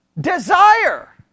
desire